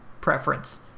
preference